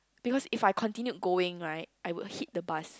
because if I continue going right I would hit the bus